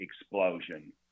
explosion